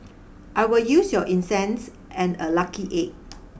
I will use your incense and a lucky egg